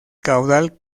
caudal